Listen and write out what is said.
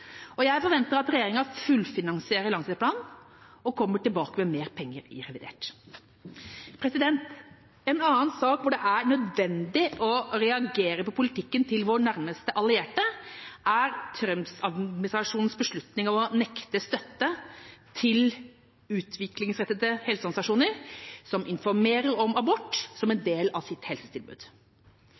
forsvarsbudsjettet. Jeg forventer at regjeringa fullfinansierer langtidsplanen og kommer tilbake med mer penger i revidert. En annen sak hvor det er nødvendig å reagere på vår nærmeste alliertes politikk, er Trump-administrasjonens beslutning om å nekte støtte til utviklingsrettede helseorganisasjoner som informerer om abort som en del av sitt helsetilbud.